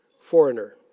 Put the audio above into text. foreigner